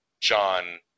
John